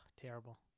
terrible